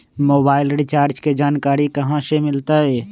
Mobile recharge के जानकारी कहा से मिलतै?